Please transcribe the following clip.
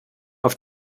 auf